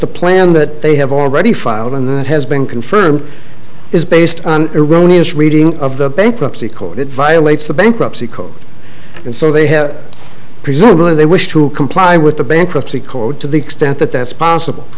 the plan that they have already filed in that has been confirmed is based on erroneous reading of the bankruptcy court it violates the bankruptcy code and so they have presumably they wish to comply with the bankruptcy code to the extent that that's possible